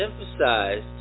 emphasized